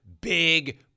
big